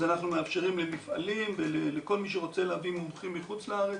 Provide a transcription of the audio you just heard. אז אנחנו מאפשרים למפעלים ולכל מי שרוצה להביא מומחים מחוץ לארץ,